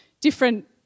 different